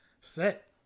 set